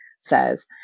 says